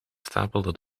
stapelde